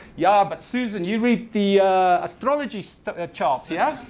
yeah, but susan, you read the astrology so ah charts, yeah?